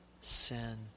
sin